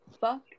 Fuck